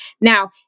Now